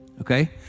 okay